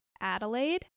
Adelaide